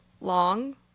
long